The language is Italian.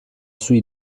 sui